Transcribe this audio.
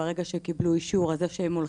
ברגע שהם קיבלו אישור,